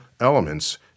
elements